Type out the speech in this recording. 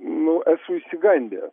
nu esu išsigandęs